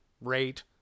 rate